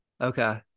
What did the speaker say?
Okay